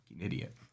idiot